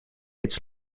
its